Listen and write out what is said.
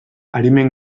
arimen